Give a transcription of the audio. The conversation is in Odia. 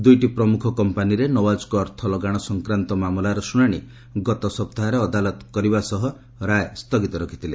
ଦୁଇଟି ପ୍ରମୁଖ କମ୍ପାନିରେ ନୱାଜଙ୍କ ଅର୍ଥ ଲଗାଣ ସଂକ୍ରାନ୍ତ ମାମଲାର ଶୁଣାଣି ଗତସପ୍ତାହରେ ଅଦାଲତ କରିବା ସହ ରାୟ ସ୍ଥଗିତ ରଖିଥିଲେ